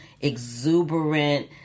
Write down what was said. exuberant